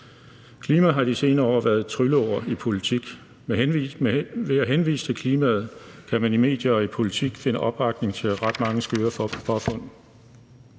Klima har i de senere år været et trylleord i politik. Ved at henvise til klimaet kan man i medier og i politik finde opbakning til ret mange skøre påfund.